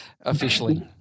officially